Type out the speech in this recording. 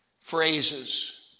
phrases